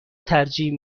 ترجیح